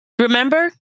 Remember